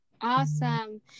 Awesome